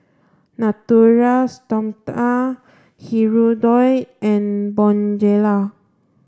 Natura Stoma Hirudoid and Bonjela